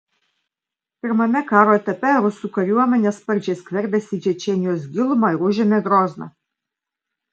pirmame karo etape rusų kariuomenė sparčiai skverbėsi į čečėnijos gilumą ir užėmė grozną